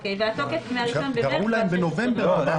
והתוקף, מה-1 במרס עד ה-16 באוגוסט.